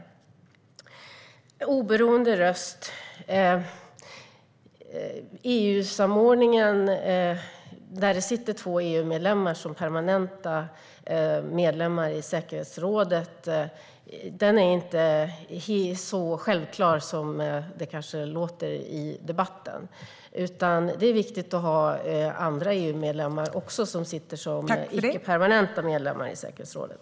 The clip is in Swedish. Angående oberoende röst vill jag säga att det sitter två EU-medlemsländer som permanenta medlemmar i säkerhetsrådet, men EU-samordningen är inte så självklar som det kanske låter i debatten. Därför är det viktigt att andra EU-medlemsländer sitter som tillfälliga medlemmar i säkerhetsrådet.